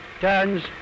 turns